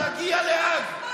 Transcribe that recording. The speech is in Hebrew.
אתה תגיע להאג.